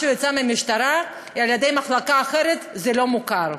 מה שיצא מהמשטרה על-ידי מחלקה אחרת, זה לא מוכר.